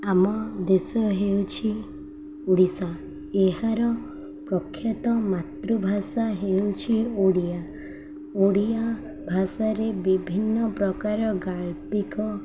ଆମ ଦେଶ ହେଉଛି ଓଡ଼ିଶା ଏହାର ପ୍ରଖ୍ୟାତ ମାତୃଭାଷା ହେଉଛି ଓଡ଼ିଆ ଓଡ଼ିଆ ଭାଷାରେ ବିଭିନ୍ନ ପ୍ରକାର ଗାଳ୍ପିକ